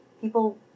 people